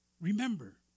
remember